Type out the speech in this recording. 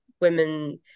women